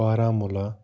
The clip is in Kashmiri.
بارہمولہ